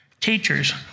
Teachers